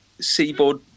Seaboard